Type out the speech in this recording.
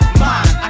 mind